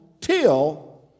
till